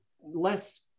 less